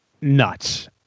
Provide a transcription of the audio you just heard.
nuts